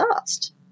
asked